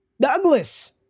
Douglas